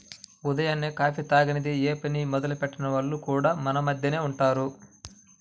ఉదయాన్నే కాఫీ తాగనిదె యే పని మొదలెట్టని వాళ్లు కూడా మన మద్దెనే ఉంటారు